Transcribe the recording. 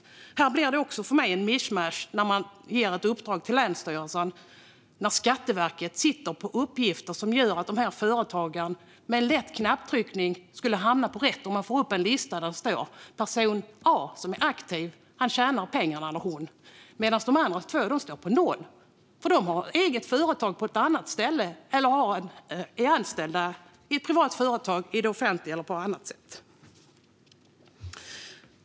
För mig blir det också här ett mischmasch när man ger uppdraget till länsstyrelsen trots att Skatteverket sitter på de uppgifter som gör att företagaren, med ett lätt knapptryck, skulle hamna rätt på en lista där det står att person A är aktiv och tjänar pengarna medan de andra två står på noll, eftersom de har eget företag på annat ställe eller är anställda i ett privat företag, i det offentliga eller på annat sätt.